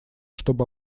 чтобы